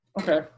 Okay